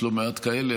יש לא מעט כאלה,